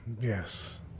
Yes